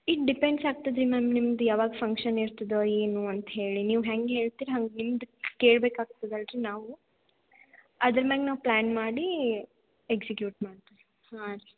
ಇದು ಡಿಪೆಂಡ್ಸ್ ಆಗ್ತದೆ ರೀ ಮ್ಯಾಮ್ ನಿಮ್ದು ಯಾವಾಗ ಫಂಕ್ಷನ್ ಇರ್ತದೋ ಏನು ಅಂತ ಹೇಳಿ ನೀವು ಹೆಂಗ್ ಹೇಳ್ತೀರಿ ಹಂಗೆ ನಿಮ್ದು ಕೇಳ್ಬೇಕಾಗ್ತದಲ್ಲ ರೀ ನಾವು ಅದ್ರ ಮ್ಯಾಲ್ ನಾವು ಪ್ಲ್ಯಾನ್ ಮಾಡಿ ಎಗ್ಸಿಕ್ಯೂಟ್ ಮಾಡ್ತೇವೆ ರೀ ಹಾಂ ರೀ